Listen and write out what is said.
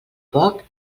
poc